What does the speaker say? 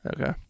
okay